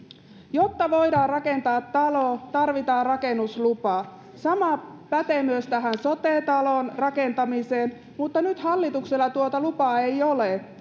jotta voidaan rakentaa talo tarvitaan rakennuslupa sama pätee myös tähän sote talon rakentamiseen mutta nyt hallituksella tuota lupaa ei ole